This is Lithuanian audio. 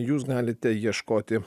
jūs galite ieškoti